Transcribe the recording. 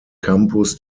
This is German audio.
campus